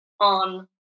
on